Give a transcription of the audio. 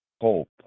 hope